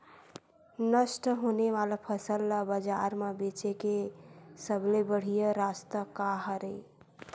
नष्ट होने वाला फसल ला बाजार मा बेचे के सबले बढ़िया रास्ता का हरे?